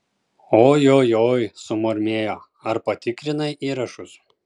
ojojoi sumurmėjo ar patikrinai įrašus